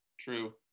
True